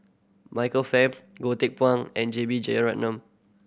Michael Fam Goh Teck Phuan and J B Jeyaretnam